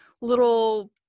little